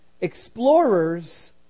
Explorers